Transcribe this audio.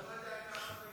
אתה לא יודע לכמה תגיע.